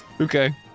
Okay